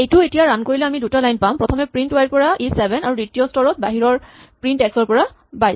এইটো এতিয়া ৰান কৰিলে আমি দুটা লাইন পাম প্ৰথমে প্ৰিন্ট ৱাই ৰ পৰা ই চেভেন আৰু দ্বিতীয় স্তৰত বাহিৰৰ প্ৰিন্ট এক্স ৰ পৰা ২২